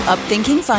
Upthinking